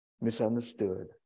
misunderstood